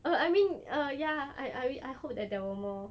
err I mean err ya I I hope that there were more